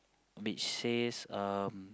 which says um